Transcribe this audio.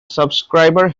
subscriber